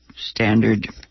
standard